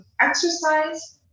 exercise